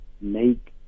make